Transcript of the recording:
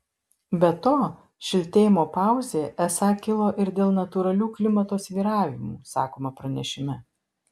be to šiltėjimo pauzė esą kilo ir dėl natūralių klimato svyravimų sakoma pranešime